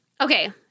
okay